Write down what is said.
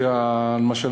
למשל,